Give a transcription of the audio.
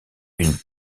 une